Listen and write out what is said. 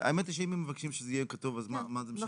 האמת שאם הם מבקשים שזה יהיה כתוב, אז מה זה משנה?